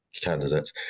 candidate